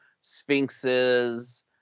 Sphinxes